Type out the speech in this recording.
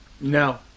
No